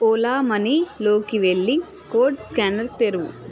ఓలా మనీలోకి వెళ్ళి code scanner తెరువు